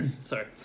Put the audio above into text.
Sorry